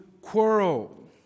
quarrel